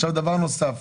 דבר נוסף,